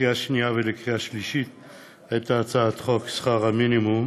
לקריאה שנייה ולקריאה שלישית את הצעת חוק שכר מינימום